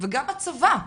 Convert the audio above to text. וגם הצבא,